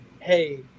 hey